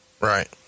right